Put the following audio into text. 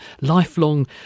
Lifelong